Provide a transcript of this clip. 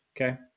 Okay